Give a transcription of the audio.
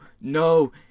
no